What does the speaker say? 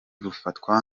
rufatwa